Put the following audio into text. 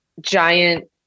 giant